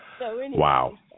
Wow